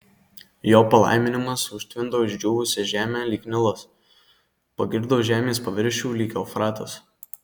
jo palaiminimas užtvindo išdžiūvusią žemę lyg nilas pagirdo žemės paviršių lyg eufratas